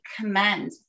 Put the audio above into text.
commend